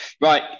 Right